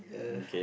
uh